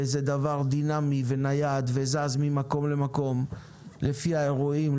וזה דבר דינמי ונייד וזז ממקום למקום לפי האירועים,